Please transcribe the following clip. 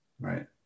right